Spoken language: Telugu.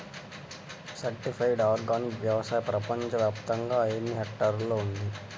సర్టిఫైడ్ ఆర్గానిక్ వ్యవసాయం ప్రపంచ వ్యాప్తముగా ఎన్నిహెక్టర్లలో ఉంది?